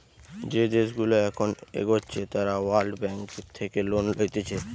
যে দেশগুলা এখন এগোচ্ছে তারা ওয়ার্ল্ড ব্যাঙ্ক থেকে লোন লইতেছে